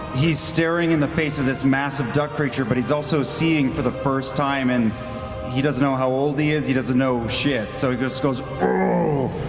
he's staring in the face of this massive duck creature, but he's also seeing for the first time and he doesn't know how old he is, he doesn't know shit so he just goes oh.